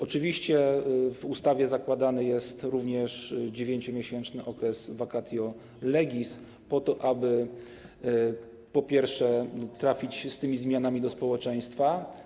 Oczywiście w ustawie zakładany jest również 9-miesięczny okres vacatio legis po to, aby po pierwsze trafić z tymi zmianami do społeczeństwa.